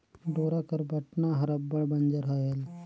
डोरा कर बटना हर अब्बड़ बंजर रहेल